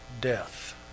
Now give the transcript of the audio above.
death